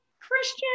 Christian